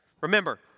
remember